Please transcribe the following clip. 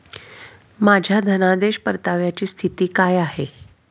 माझ्या धनादेश परताव्याची स्थिती काय आहे?